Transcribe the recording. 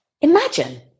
imagine